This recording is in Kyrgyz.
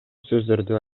сөздөрдү